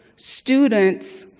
students,